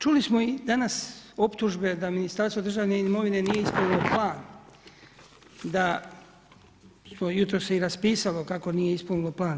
Čuli smo i danas optužbe da Ministarstvo državne imovine nije ispunilo plan, da to jutros i raspisalo kako nije ispunilo plan.